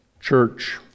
church